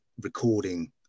recording